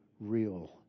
real